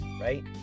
right